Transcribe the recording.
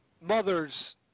mothers